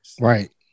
Right